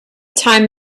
time